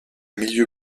milieu